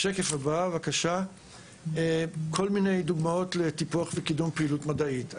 פה יש כל מיני דוגמאות לטיפוח וקידום פעילות מדעית.